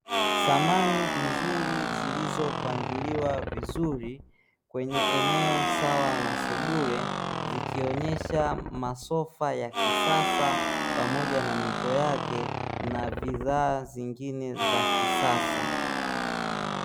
Samani nzuri zilizopangiliwa vizuri kwenye eneo sawa na sebule, zikionyesha masofa ya kisasa pamoja na mito yake na bidhaa nyingine za kisasa.